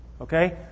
okay